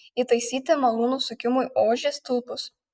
įtaisyti malūno sukimui ožį stulpus